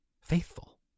faithful